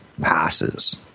passes